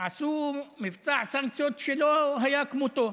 עשו מבצע סנקציות שלא היה כמותו.